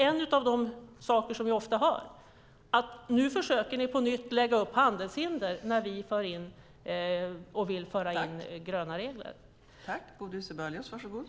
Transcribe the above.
En av de saker som vi ofta hör när vi vill införa gröna regler är: Nu försöker ni på nytt lägga upp handelshinder.